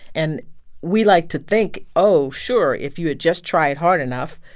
and we like to think, oh, sure, if you had just tried hard enough,